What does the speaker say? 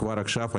כבר עכשיו.